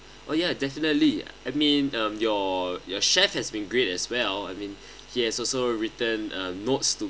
oh yeah definitely I mean um your your chef has been great as well I mean he has also written uh notes to